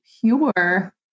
pure